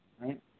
right